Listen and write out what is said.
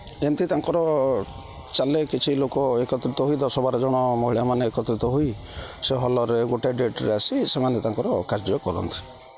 ଏମିତି ତାଙ୍କର ଚାଲେ କିଛି ଲୋକ ଏକତ୍ରିତ ହୋଇ ଦଶ ବାର ଜଣ ମହିଳାମାନେ ଏକତ୍ରିତ ହୋଇ ସେ ହଲର୍ରେ ଗୋଟେ ଡେଟ୍ରେ ଆସି ସେମାନେ ତାଙ୍କର କାର୍ଯ୍ୟ କରନ୍ତି